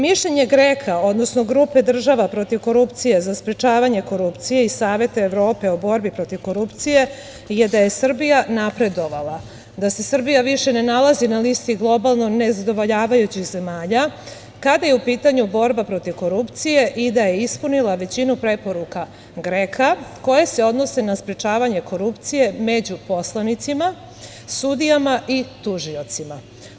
Mišljenje GREKA, odnosno grupe država protiv korupcije, za sprečavanje korupcije i Saveta Evrope o borbi protiv korupcije je da je Srbija napredovala, da se Srbija više ne nalazi na listi globalno nezadovoljavajućih zemalja kada je u pitanju borba protiv korupcije i da je ispunila većinu preporuka GREKA koje se odnose na sprečavanje korupcije među poslanicima, sudijama i tužiocima.